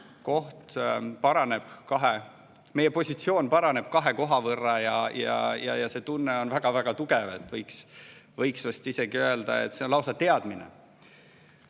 koht paraneb, meie positsioon paraneb kahe koha võrra. Ja see tunne on väga-väga tugev, võiks isegi öelda, et see on lausa teadmine.